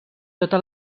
tota